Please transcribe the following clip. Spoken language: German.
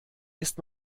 ist